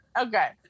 Okay